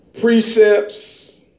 precepts